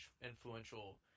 influential